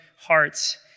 hearts